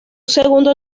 segundo